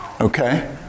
Okay